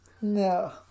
no